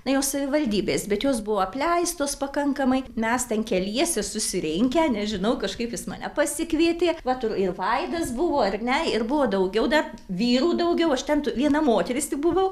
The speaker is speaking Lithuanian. na jos savivaldybės bet jos buvo apleistos pakankamai mes ten keliese susirinkę nežinau kažkaip jis mane pasikvietė vat ir ir vaidas buvo ar ne ir buvo daugiau da vyrų daugiau aš ten tu viena moteris tik buvau